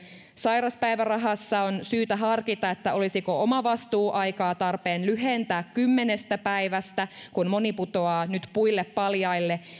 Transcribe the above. sairauspäivärahassa on syytä harkita olisiko omavastuuaikaa tarpeen lyhentää kymmenestä päivästä kun moni putoaa nyt puille paljaille